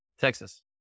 Texas